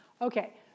Okay